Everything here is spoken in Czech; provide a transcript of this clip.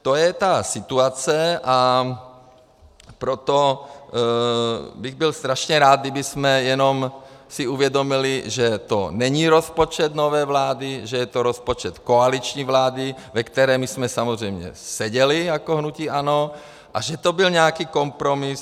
To je ta situace, a proto bych byl strašně rád, kdybychom jenom si uvědomili, že to není rozpočet nové vlády, že to je rozpočet koaliční vlády, ve které jsme samozřejmě seděli jako hnutí ANO, a že to byl nějaký kompromis.